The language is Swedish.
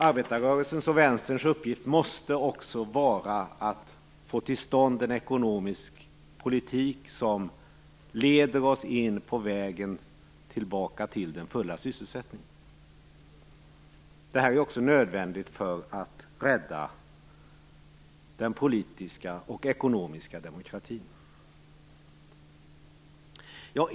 Arbetarrörelsens och vänsterns uppgift måste också vara att få till stånd en ekonomisk politik som leder oss in på vägen tillbaka till den fulla sysselsättningen. Det är nödvändigt för att rädda den politiska och ekonomiska demokratin.